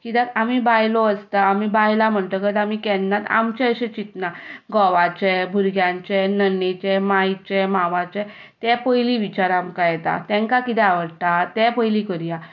कित्याक आमी बायलो आसता आमी बायलां म्हणटकच आमी केन्नाच आमचें अशें चिंतना घोवाचें भुरग्यांचें नण्डेचें मायचें मावाचें ते पयलीं विचार आमकां येता ताका कितें आवडटा तें पयलीं करया